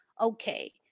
okay